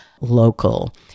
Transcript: local